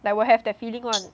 like will have that feling [one]